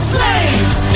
Slaves